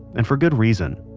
and for good reason.